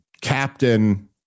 captain